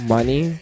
Money